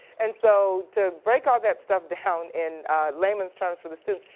and so, to break all that stuff down in layman's terms for the students,